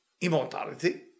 immortality